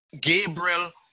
Gabriel